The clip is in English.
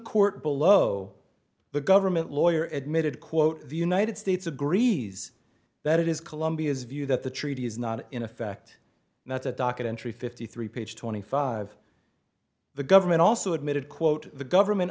court below the government lawyer admitted quote the united states agrees that it is colombia's view that the treaty is not in effect and that's a documentary fifty three page twenty five the government also admitted quote the government